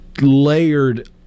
layered